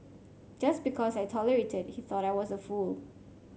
just because I tolerated he thought I was a fool